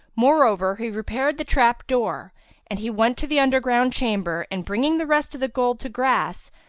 moreover, he repaired the trap-door and he went to the underground chamber and bringing the rest of the gold to grass,